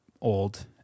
old